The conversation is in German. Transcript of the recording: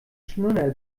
schnuller